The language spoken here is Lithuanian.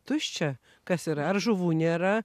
tuščia kas yra ar žuvų nėra